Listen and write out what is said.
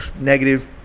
negative